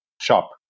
shop